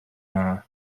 dda